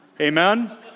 Amen